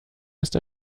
ist